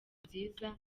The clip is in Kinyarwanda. nziza